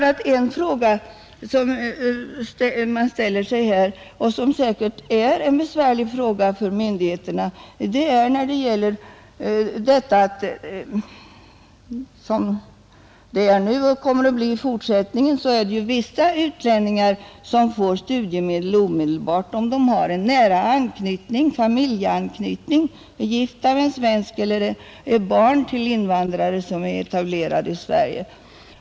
En fråga som säkert kommer att bli besvärlig för myndigheterna är att, som det nu är och kommer att förbli i fortsättningen, vissa utlänningar får studiemedel omedelbart — om de har en nära anknytning, familjeanknytning, om vederbörande är gift med en svensk eller är barn till invandrare som är etablerad i Sverige.